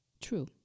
True